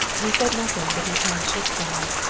he said nothing, but his hands shook somewhat.